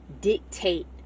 dictate